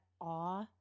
awe